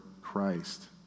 Christ